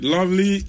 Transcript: Lovely